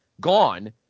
gone